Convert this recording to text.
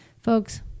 Folks